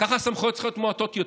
ככה הסמכויות צריכות להיות מועטות יותר.